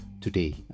today